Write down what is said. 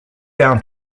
down